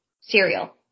Cereal